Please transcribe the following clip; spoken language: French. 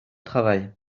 travail